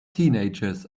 teenagers